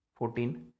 14